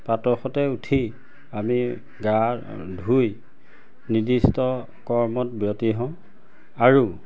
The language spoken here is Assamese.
প্ৰাতঃতে উঠি আমি গা ধুই নিৰ্দিষ্ট কৰ্মত ব্যতি হওঁ আৰু